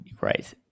Right